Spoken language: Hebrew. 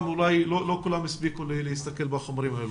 כי אולי לא כולם הספיקו לקרוא את החומרים האלה.